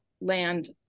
land